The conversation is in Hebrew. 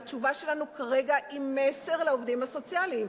והתשובה שלנו כרגע היא מסר לעובדים הסוציאליים,